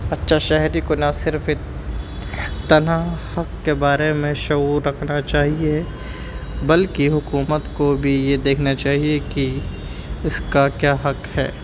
اچھا شہری کو نہ صرف ایک تنہا حق کے بارے میں شعور رکھنا چاہیے بلکہ حکومت کو بھی یہ دیکھنا چاہیے کہ اس کا کیا حق ہے